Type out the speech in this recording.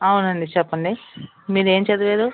అవునండి చెప్పండి మీరేమి చదివారు